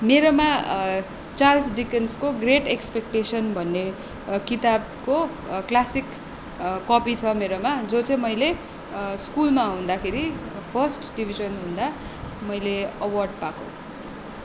मेरोमा चार्ल्स डिकन्सको great expectations भन्ने किताबको क्लासिक कपी छ मेरोमा जो चाहिँ मैले स्कुलमा हुँदाखेरि फर्स्ट डिभिजन हुँदा मैले अवर्ड पाएको